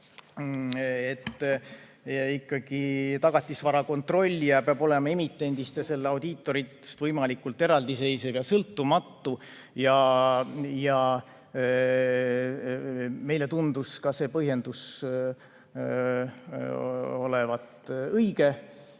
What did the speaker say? et ikkagi tagatisvara kontrollija peab olema emitendist ja selle audiitoritest võimalikult eraldiseisev ja sõltumatu. Meile tundus ka see põhjendus olevat õige.